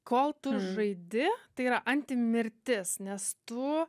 kol tu žaidi tai yra antimirtis nes tu